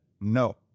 no